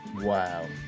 Wow